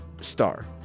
Star